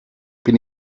bin